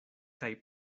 kaj